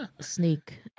sneak